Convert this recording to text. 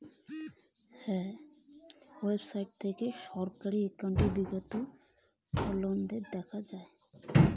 কোন সরকারি ওয়েবসাইট থেকে একাউন্টের বিগত দিনের লেনদেন দেখা যায়?